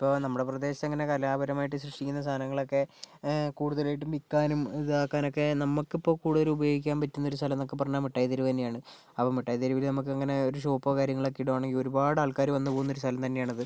ഇപ്പോൾ നമ്മുടെ പ്രദേശം അങ്ങനെ കലാപരമായി സൂക്ഷിക്കുന്ന സാധനങ്ങളൊക്കെ കൂടുതലായിട്ടും വിൽക്കാനും ഇതാക്കാനൊക്കെ നമുക്കിപ്പോൾ കൂടുതല് ഉപയോഗിക്കാൻ പറ്റുന്നൊരു സ്ഥലം എന്നൊക്കെ പറഞ്ഞാൽ മിഠായി തെരുവ് തന്നെയാണ് അപ്പോൾ മിഠായി തെരുവില് നമുക്ക് ഇങ്ങനെ ഒരു ഷോപ്പോ കാര്യങ്ങളൊക്കെ ഇടുവാണെങ്കില് ഒരുപാട് ആൾക്കാര് വന്നുപോകുന്നൊരു സ്ഥലം തന്നെയാണത്